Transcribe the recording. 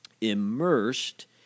immersed